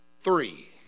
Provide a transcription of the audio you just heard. three